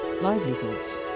livelihoods